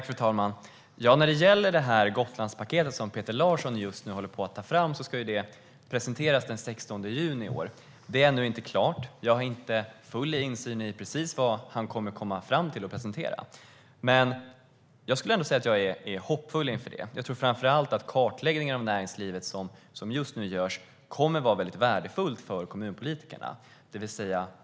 Fru talman! Det Gotlandspaket som Peter Larsson just nu håller på att ta fram ska presenteras den 16 juni i år. Det är ännu inte klart. Jag har inte full insyn i vad han kommer att presentera. Men jag skulle ändå säga att jag är hoppfull inför det. Jag tror framför allt att den kartläggning av näringslivet som görs just nu kommer att vara värdefull för kommunpolitikerna.